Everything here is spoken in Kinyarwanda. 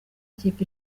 ikipe